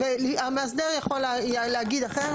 המאסדר יכול להגיד אחרת.